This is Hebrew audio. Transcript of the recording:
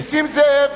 נסים זאב,